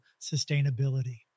sustainability